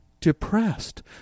depressed